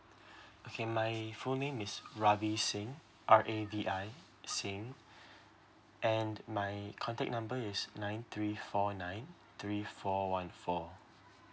okay my full name is ravi singh r a v i singh and my contact number is nine three four nine three four one four